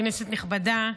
כנסת נכבדה,